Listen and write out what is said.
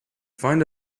find